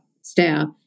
staff